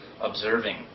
observing